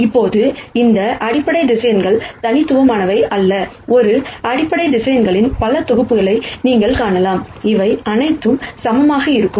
இப்போது இந்த அடிப்படை வெக்டர்ஸ் இண்டிபெண்டெண்ட் அல்ல ஒரு அடிப்படை வெக்டர்ஸ் பல தொகுப்புகளை நீங்கள் காணலாம் இவை அனைத்தும் சமமாக இருக்கும்